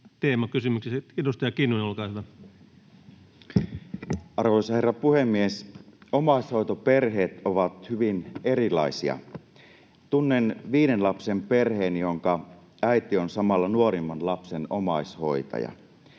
kesk) Time: 16:55 Content: Arvoisa herra puhemies! Omaishoitoperheet ovat hyvin erilaisia. Tunnen viiden lapsen perheen, jonka äiti on samalla nuorimman lapsen omaishoitaja.